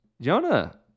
Jonah